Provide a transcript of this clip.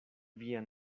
vian